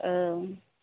औ